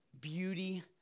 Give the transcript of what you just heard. beauty